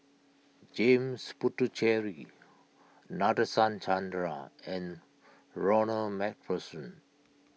James Puthucheary Nadasen Chandra and Ronald MacPherson